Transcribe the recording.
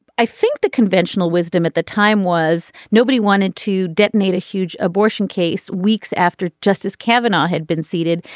i think the conventional wisdom at the time was nobody wanted to detonate a huge abortion case weeks after justice kavanaugh had been seated.